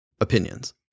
opinions